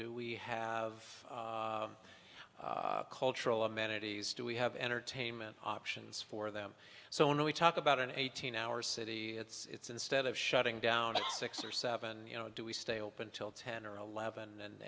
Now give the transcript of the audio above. do we have cultural amenities do we have entertainment options for them so when we talk about an eighteen hour city it's instead of shutting down at six or seven you know do we stay open till ten or eleven and